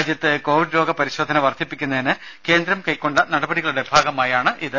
രാജ്യത്ത് കോവിഡ് രോഗ പരിശോധന വർധിപ്പിക്കുന്നതിന് കേന്ദ്രം കൈക്കൊണ്ട നടപടികളുടെ ഭാഗമായാണിത്